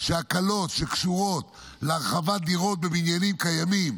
שההקלות שקשורות להרחבת דירות בבניינים קיימים